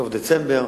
סוף דצמבר,